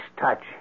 touch